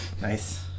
Nice